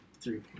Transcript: three